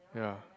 ya